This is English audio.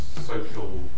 social